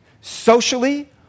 socially